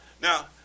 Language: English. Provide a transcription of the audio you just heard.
now